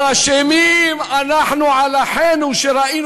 "אבל אשמים אנחנו על אחינו אשר ראינו